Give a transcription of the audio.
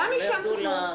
לא ירדו לפודיום.